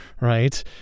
right